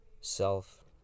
self